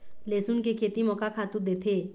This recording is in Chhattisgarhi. लेसुन के खेती म का खातू देथे?